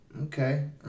Okay